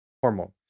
hormone